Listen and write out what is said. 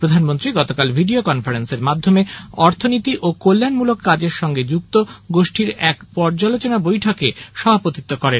প্রধানমন্ত্রী গতকাল ভিডিও কনফারেন্সের মাধ্যমে অর্থনীতি ও কল্যাণমূলক কাজের সঙ্গে যুক্ত গোষ্ঠীর সঙ্গে এক পর্যালোচনা বৈঠকে সভাপতিত্ব করেন